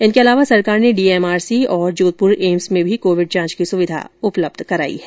इनके अतिरिक्त सरकार ने डीएमआरसी और एम्स में भी कोविड जांच की सुविधा उपलब्ध कराई है